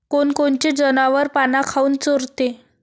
कोनकोनचे जनावरं पाना काऊन चोरते?